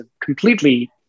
completely